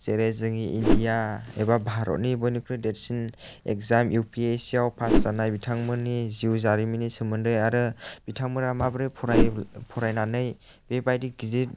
जेरै जोंनि इण्डिया एबा भारतनि बयनिख्रुइ देरसिन exam U P S C आव पास जानाय बिथांमोननि जिउ जारिमिननि सोमोन्दै आरो बिथांमोना माबोरै फरायनानै बेबायदि गिदिर